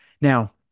Now